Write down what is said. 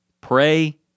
Pray